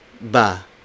ba